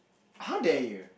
how dare you